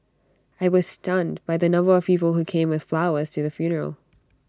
I was stunned by the number of people who came with flowers to the funeral